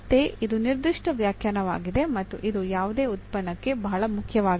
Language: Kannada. ಮತ್ತೆ ಇದು ನಿರ್ದಿಷ್ಟ ವ್ಯಾಖ್ಯಾನವಾಗಿದೆ ಮತ್ತು ಇದು ಯಾವುದೇ ಉತ್ಪನ್ನಕ್ಕೆ ಬಹಳ ಮುಖ್ಯವಾಗಿದೆ